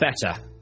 Better